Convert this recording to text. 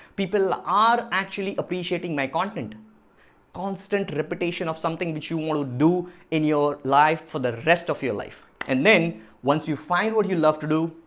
people are actually appreciating my content constant repetition of something which you want to do in your life for the rest of your life and then once you find what you love to do,